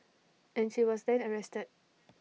and she was then arrested